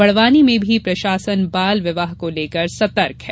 बडवानी में भी प्रशासन बालविवाह को लेकर सतर्क है